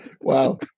Wow